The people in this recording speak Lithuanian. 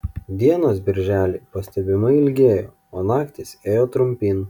dienos birželį pastebimai ilgėjo o naktys ėjo trumpyn